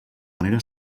manera